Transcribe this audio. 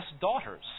daughters